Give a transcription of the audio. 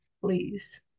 please